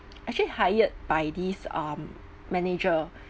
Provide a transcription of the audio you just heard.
actually hired by these um manager